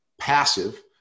passive